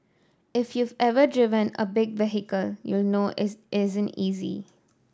if you've ever driven a big vehicle you'll know it isn't easy